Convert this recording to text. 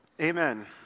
Amen